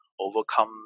overcome